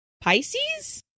Pisces